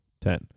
ten